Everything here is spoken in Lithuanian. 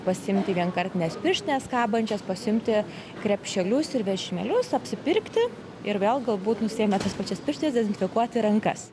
pasiimti vienkartines pirštines kabančias pasiimti krepšelius ir vežimėlius apsipirkti ir vėl galbūt nusiėmę tas pačias pirštines dezinfekuoti rankas